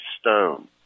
stone